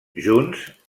junts